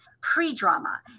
pre-drama